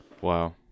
Wow